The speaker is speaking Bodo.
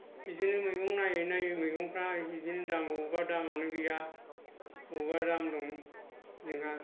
बिदिनो मैगं नायै नायै मैगंफ्रा बिदिनो दामआनो गैया बबेबा दाम दं जोंहा